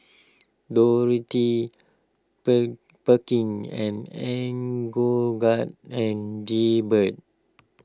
Dorothy per Perkins and and give bird